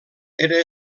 era